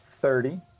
thirty